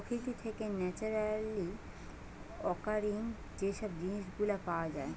প্রকৃতি থেকে naturally occurring যে সব জিনিস গুলা পাওয়া যায়